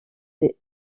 ses